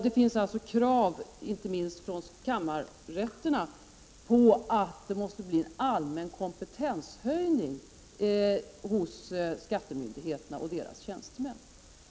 Det ställs också krav, inte minst från kammarrätterna, på att det måste bli en allmän kompetenshöjning hos skattemyndigheterna och deras tjänstemän.